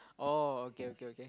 oh okay okay okay